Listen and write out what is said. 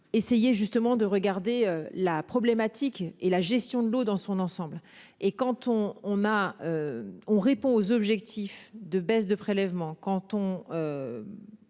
Essayé justement de regarder la problématique et la gestion de l'eau dans son ensemble et quand on on a. On répond aux objectifs de baisse de prélèvements canton.